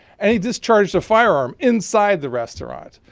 and he discharged a firearm inside the restaurant,